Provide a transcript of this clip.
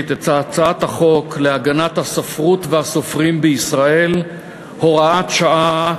את הצעת חוק להגנת הספרות והסופרים בישראל (הוראת שעה),